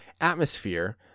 atmosphere